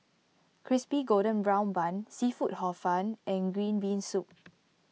Crispy Golden Brown Bun Seafood Hor Fun and Green Bean Soup